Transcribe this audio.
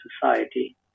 society